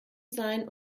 sein